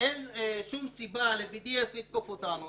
ואין שום סיבה ל-BDS לתקוף אותנו.